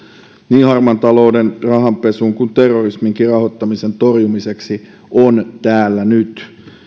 niin harmaan talouden rahanpesun kuin terrorismin rahoittamisenkin torjumiseksi on täällä nyt